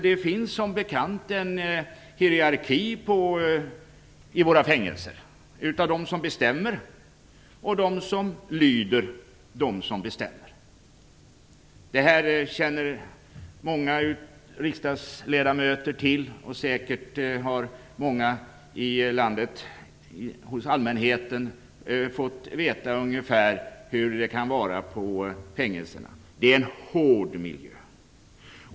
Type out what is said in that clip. Det finns som bekant en hierarki på våra fängelser: de som bestämmer och de som lyder dem som bestämmer. Det här känner många riksdagsledamöter till och säkert har allmänheten i landet fått veta ungefär hur det kan vara på fängelserna. Det är en hård miljö.